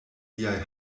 liaj